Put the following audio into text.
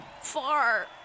far